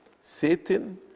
Satan